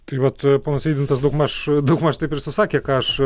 tai vat ponas eidintas daugmaž daugmaž taip ir susakė ką aš